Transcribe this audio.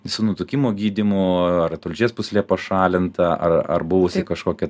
su nutukimo gydymu ar tulžies pūslė pašalinta ar ar buvusi kažkokia